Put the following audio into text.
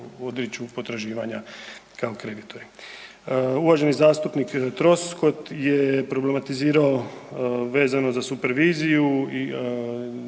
se odriču potraživanja kao kreditori. Uvaženi zastupnik Troskot je problematizirao vezano za superviziju i